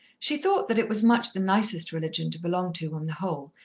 she thought that it was much the nicest religion to belong to, on the whole,